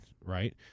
right